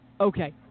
Okay